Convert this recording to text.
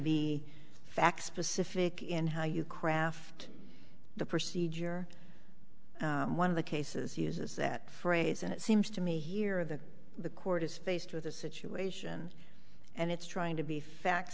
be facts specific in how you craft the procedure one of the cases uses that phrase and it seems to me here that the court is faced with a situation and it's trying to be fact